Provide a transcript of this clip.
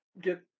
get